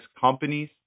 companies